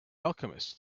alchemist